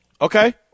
Okay